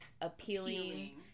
appealing